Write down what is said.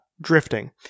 drifting